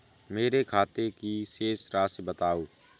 मेरे खाते की शेष राशि बताओ?